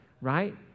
right